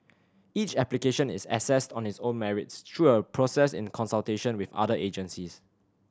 each application is assessed on its own merits through a process in consultation with other agencies